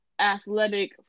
athletic